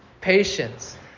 Patience